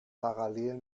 parallel